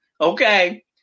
Okay